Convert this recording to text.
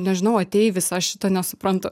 nežinau ateivis aš šito nesuprantu